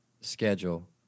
schedule